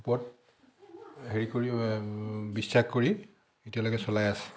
ওপৰত হেৰি কৰি বিশ্বাস কৰি এতিয়ালৈকে চলাই আছে